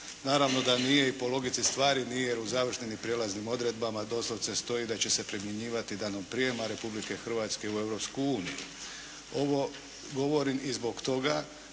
naravno da nije i po logici stvari nije. U završnim i prijelaznim odredbama doslovce stoji da će se primjenjivati danom prijema Republike Hrvatske u Europsku uniju. Ovo govorim i zbog toga